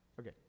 Okay